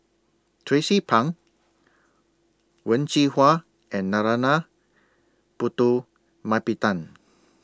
Tracie Pang Wen Jinhua and Narana Putumaippittan